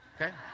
Okay